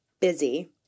busy